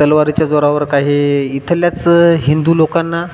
तलवारीच्या जोरावर काही इथल्याच हिंदू लोकांना